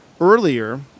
earlier